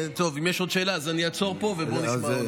טוב, אם יש עוד שאלה אז אני אעצור פה ובואו נשמע.